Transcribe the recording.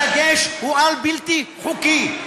הדגש הוא על בלתי חוקי,